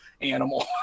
animal